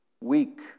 weak